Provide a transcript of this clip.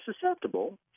susceptible